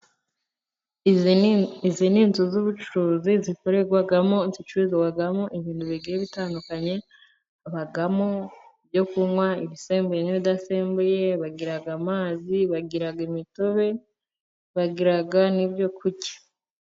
Izi ni inzu z'ubucuruzi, zicururizamo ibintu bigiye bitandukanye , habamo ibyo kunywa ibisembu, n'ibidasembuye, bagira amazi, bagira imitobe ,bagira n'ibyo kurya.